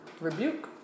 rebuke